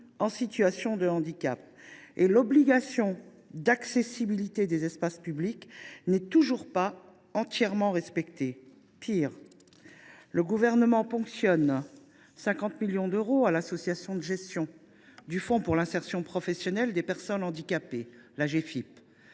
en situation de handicap et l’obligation d’accessibilité des espaces publics n’est toujours pas entièrement respectée. Pis encore, le Gouvernement ponctionne 50 millions d’euros sur le budget de l’Association de gestion du fonds pour l’insertion professionnelle des personnes handicapées (Agefiph),